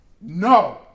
No